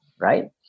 right